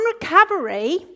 recovery